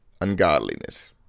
ungodliness